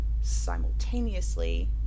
simultaneously